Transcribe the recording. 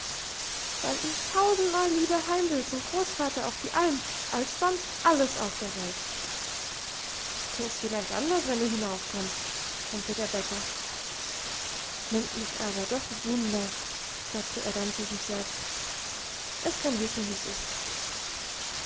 weil ich tausendmal lieber heimwill zum großvater auf die alm als sonst alles auf der welt denkst vielleicht anders wenn du hinaufkommst brummte der bäcker nimmt mich aber doch wunder sagte er dann zu sich selbst es kann wissen wie's ist